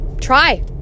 Try